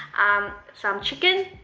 umm some chicken,